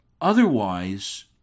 otherwise